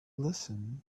listen